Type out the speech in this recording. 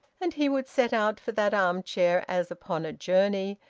and he would set out for that arm-chair as upon a journey,